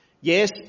Yes